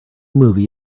movie